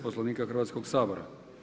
Poslovnika Hrvatskog sabora.